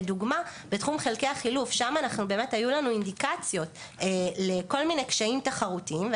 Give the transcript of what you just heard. לדוגמה בתחום חלקי החילוף היו לנו אינדיקציות לכל מיני קשיים תחרותיים,